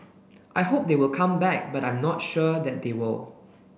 I hope they will come back but I am not sure that they will